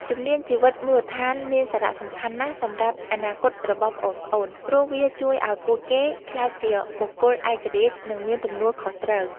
ជំនាញជីវិតមូលដ្ឋានមានសារៈសំខាន់ណាស់សម្រាប់អនាគតរបស់ប្អូនៗ ព្រោះវាជួយឱ្យពួកគេក្លាយជាបុគ្គលឯករាជ្យ និងមានទំនួលខុសត្រូវ។